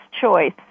choice